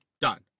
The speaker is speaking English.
done